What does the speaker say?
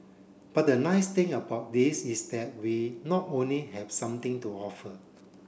but the nice thing about this is that we not only have something to offer